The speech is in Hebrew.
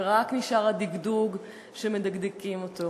ורק נשאר הדגדוג שמדגדגים אותו.